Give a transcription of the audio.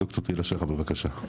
ד"ר תהילה שחר, בבקשה.